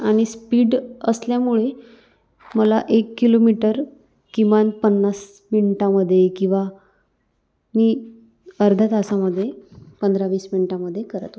आणि स्पीड असल्यामुळे मला एक किलोमीटर किमान पन्नास मिनटामध्ये किंवा मी अर्ध्या तासामध्ये पंधरा वीस मिनटामध्ये करत होते